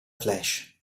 flash